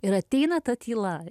ir ateina ta tyla